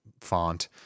font